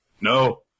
no